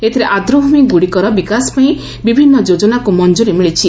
ଏଥିରେ ଆଦ୍ରଭ୍ମି ଗୁଡ଼ିକର ବିକାଶ ପାଇଁ ବିଭିନ୍ନ ଯୋଜନାକୁ ମଞ୍ଚୁରୀ ମିଳିଛି